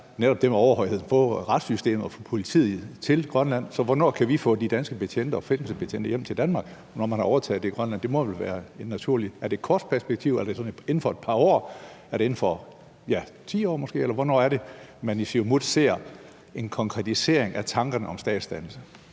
netop det med at få overhøjheden over retssystemet og politiet til Grønland. Så hvornår kan vi få de danske betjente og fængselsbetjente hjem til Danmark, altså når man har overtaget området i Grønland? Det må vel være en naturlig følge. Er det i et kort perspektiv? Er det sådan inden for et par år? Er det måske inden for 10 år? Eller hvornår er det, at man i Siumut ser en konkretisering af tankerne om statsdannelse?